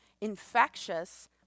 infectious